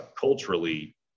culturally